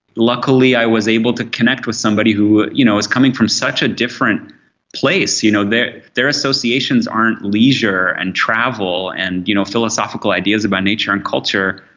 luckily i was able to connect with somebody who you know was coming from such a different place. you know their their associations aren't leisure and travel and you know philosophical ideas about nature and culture,